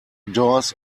doors